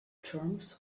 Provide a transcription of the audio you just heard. terms